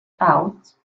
out